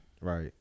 Right